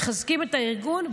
מחזקים את הארגון,